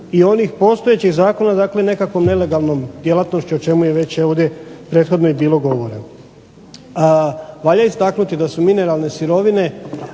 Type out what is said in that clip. onih postojećih zakona, dakle nekakvom nelegalnom djelatnošću o čemu je već ovdje prethodno i bilo govora. Valja istaknuti da su mineralne sirovine